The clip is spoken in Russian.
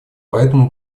поэтому